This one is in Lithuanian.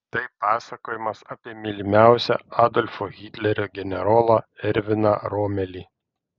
tai pasakojimas apie mylimiausią adolfo hitlerio generolą erviną romelį